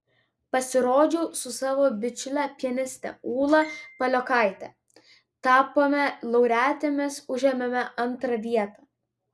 pasirodžiau su savo bičiule pianiste ūla paliokaite tapome laureatėmis užėmėme antrą vietą